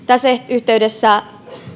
tässä yhteydessä